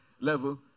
level